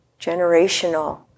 generational